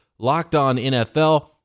LockedOnNFL